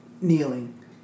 kneeling